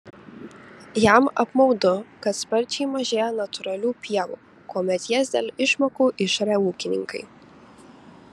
jam apmaudu kad sparčiai mažėja natūralių pievų kuomet jas dėl išmokų išaria ūkininkai